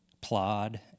plod